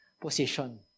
position